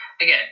Again